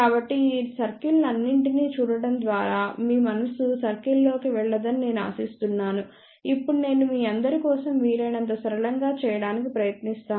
కాబట్టి ఈ సర్కిల్లన్నింటినీ చూడటం ద్వారా మీ మనస్సు సర్కిల్లోకి వెళ్లదని నేను ఆశిస్తున్నాను ఇప్పుడు నేను మీ అందరి కోసం వీలైనంత సరళంగా చేయడానికి ప్రయత్నిస్తాను